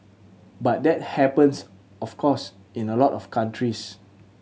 but that happens of course in a lot of countries